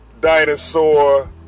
dinosaur